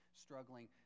struggling